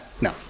no